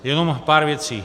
Jenom pár věcí.